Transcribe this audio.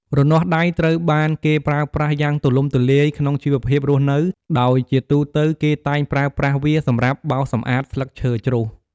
រនាស់ដៃត្រូវបានគេប្រើប្រាស់យ៉ាងទូលំទូលាយក្នុងជីវភាពរស់នៅ ដោយជាទូទៅគេតែងប្រើប្រាស់វាសម្រាប់ បោសសម្អាតស្លឹកឈើជ្រុះ។